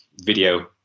video